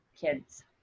kids